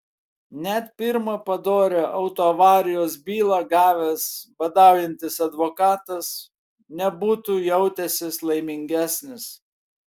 net pirmą padorią autoavarijos bylą gavęs badaujantis advokatas nebūtų jautęsis laimingesnis